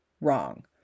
wrong